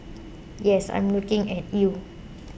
yes I'm looking at you